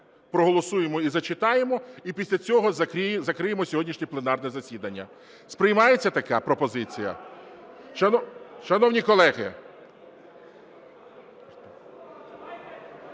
проголосуємо і зачитаємо, і після цього закриємо сьогоднішнє пленарне засідання. Сприймається така пропозиція? Шановні колеги…